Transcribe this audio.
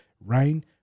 Rain